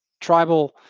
Tribal